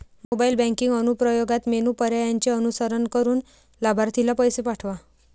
mobile banking अनुप्रयोगात menu पर्यायांचे अनुसरण करून लाभार्थीला पैसे पाठवा